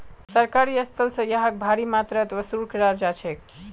सरकारी स्थल स यहाक भारी मात्रात वसूल कराल जा छेक